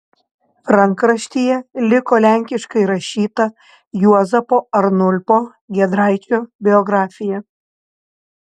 rankraštyje liko lenkiškai rašyta juozapo arnulpo giedraičio biografija